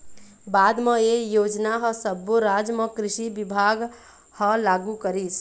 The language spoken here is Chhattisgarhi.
बाद म ए योजना ह सब्बो राज म कृषि बिभाग ह लागू करिस